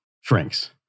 shrinks